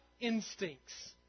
instincts